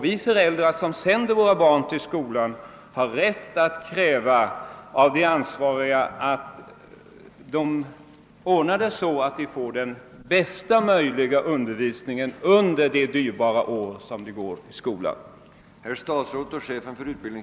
Vi föräldrar som sänder våra barn till skolan har rätt att kräva att de ansvariga ordnar det så att eleverna får den bästa möjliga undervisning under de viktiga år som de går i skolan.